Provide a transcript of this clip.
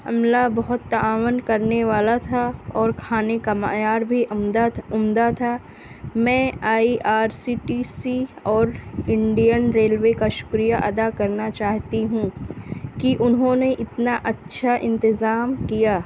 عملہ بہت تعاون کرنے والا تھا اور کھانے کا معیار بھی عمدہ تھا عمدہ تھا میں I R C T C اور انڈین ریلوے کا شکریہ ادا کرنا چاہتی ہوں کہ انہوں نے اتنا اچھا انتظام کیا